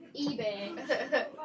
eBay